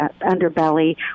underbelly